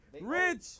Rich